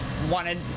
wanted